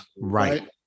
Right